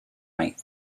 might